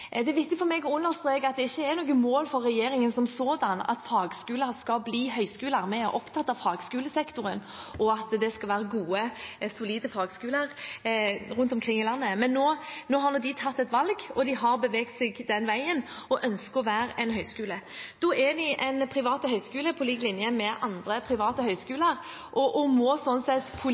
Det er viktig for meg å understreke at det ikke er noe mål for regjeringen at fagskoler skal bli høyskoler. Vi er opptatt av fagskolesektoren og at det skal være gode, solide fagskoler rundt omkring i landet. Men nå har de tatt et valg, de har beveget seg den veien og ønsker å være en høyskole. Da er de en privat høyskole på lik linje med andre private høyskoler og må sånn sett